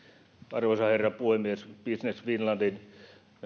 arvoisa herra puhemies business finlandin